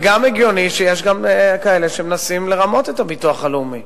וגם הגיוני שיש כאלה שמנסים לרמות את הביטוח הלאומי.